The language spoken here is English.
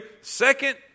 second